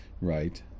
right